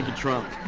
trump